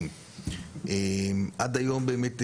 זה עצם העובדה שהמבנה של התואר במדעי הרוח הוא מאוד מאוד זהה